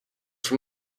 from